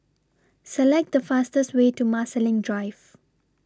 Select The fastest Way to Marsiling Drive